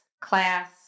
class